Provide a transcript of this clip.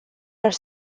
are